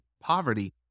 poverty